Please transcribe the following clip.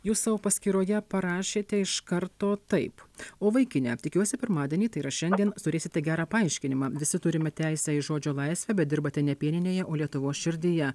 jūs savo paskyroje parašėte iš karto taip o vaikine tikiuosi pirmadienį tai yra šiandien turėsite gerą paaiškinimą visi turime teisę į žodžio laisvę bet dirbate ne pieninėje o lietuvos širdyje